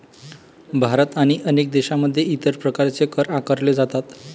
भारत आणि अनेक देशांमध्ये इतर प्रकारचे कर आकारले जातात